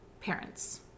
parents